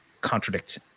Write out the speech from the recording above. contradict